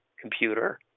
computer